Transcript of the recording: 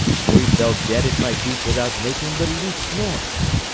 for he fell dead at my feet without making the least noise.